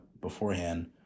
beforehand